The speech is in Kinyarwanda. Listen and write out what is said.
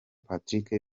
patrick